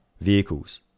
vehicles